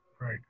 Right